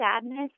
sadness